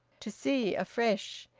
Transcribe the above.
to see afresh.